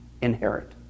inherit